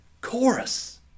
chorus